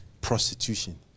prostitution